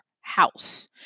house